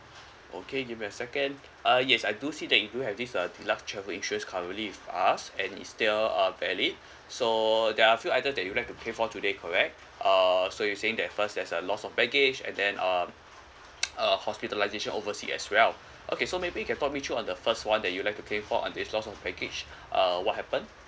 okay give me a second uh yes I do see that you do have this uh deluxe travelling insurance currently with us and it's still uh valid so there are few item that you'd like to claim for today correct uh so you're saying that first there's a loss of baggage and then um uh hospitalization oversea as well okay so maybe you can talk me through on the first one that you'd like to claim for I think is loss of baggage uh what happened